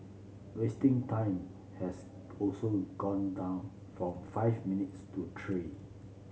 wasting time has also gone down from five minutes to three